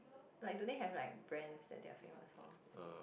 like do they have like brand that their famous for